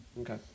Okay